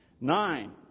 Nine